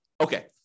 Okay